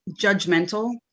judgmental